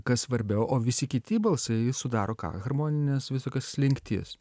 kas svarbiau o visi kiti balsai sudaro harmonines visokias slinktis